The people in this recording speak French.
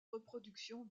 reproduction